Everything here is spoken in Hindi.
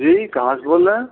जी कहाँ से बोल रहे हैं